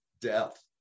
death